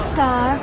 Star